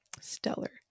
stellar